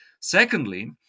Secondly